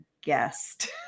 guest